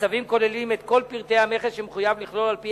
הצווים כוללים את כל פרטי המכס שמחויב לכלול על-פי